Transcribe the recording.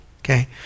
okay